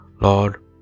Lord